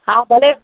हा भले